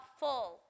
full